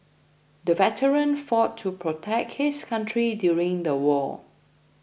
the veteran fought to protect his country during the war